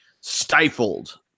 stifled